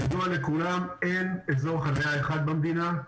ידוע לכולם, אין אזור חנייה אחד במדינה,